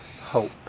hope